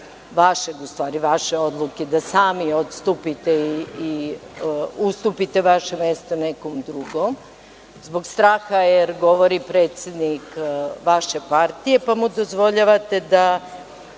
vašeg, u stvari vaše odluke da sami odstupite i ustupite vaše mesto nekom drugom, ili zbog straha jer govori predsednik vaše partije, pa mu dozvoljavate da